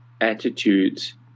attitudes